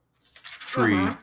three